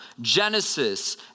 Genesis